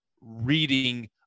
reading